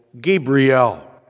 Gabriel